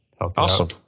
Awesome